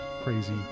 crazy